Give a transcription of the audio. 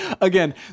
again